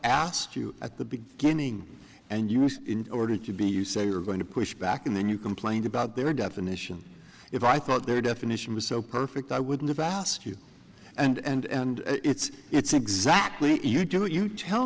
asked you at the beginning and use in order to be you say are going to push back and then you complain about their definitions if i thought their definition was so perfect i wouldn't have asked you and it's it's exactly you do what you tell